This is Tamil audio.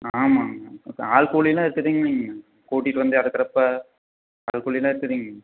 ஆமாம்ங்க ஆள் கூலிலாம் எடுத்துகிட்டிங்கன்னு வைங்க கூட்டிகிட்டு வந்து இறக்குறப்போ அது கூலி எல்லாம்